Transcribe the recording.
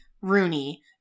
Rooney